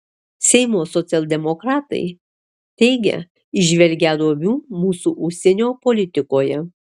seimo socialdemokratai teigia įžvelgią duobių mūsų užsienio politikoje